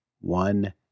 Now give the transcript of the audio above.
one